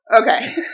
okay